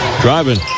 Driving